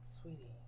sweetie